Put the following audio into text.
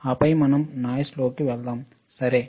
ఆపై మనం నాయిస్ లోకి వెళ్దాం సరే